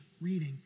reading